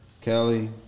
Kelly